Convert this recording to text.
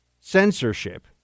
censorship